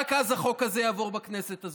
רק אז החוק הזה יעבור בכנסת הזו.